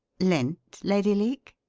lint, lady leake?